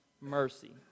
mercy